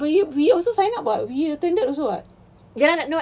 but I we also sign up [what] we attended also [what]